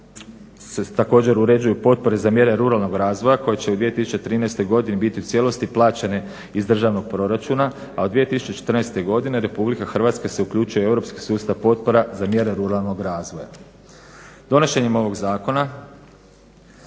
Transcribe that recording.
uređuju potpore za mjere ruralnog razvoja koje će u 2013. godini biti u cijelosti plaćene iz državnog proračuna, a od 2014. godine Republika Hrvatska se uključuje u europski sustav potpora za mjere ruralnog razvoja.